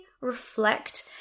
reflect